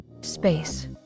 Space